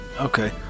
Okay